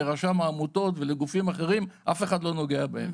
לרשם העמותות ולגופים אחרים - אף אחד לא נוגע בהם.